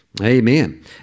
Amen